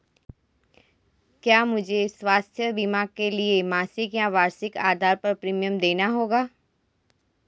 क्या मुझे स्वास्थ्य बीमा के लिए मासिक या वार्षिक आधार पर प्रीमियम देना होगा?